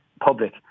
public